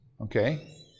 Okay